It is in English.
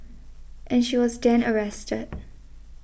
and she was then arrested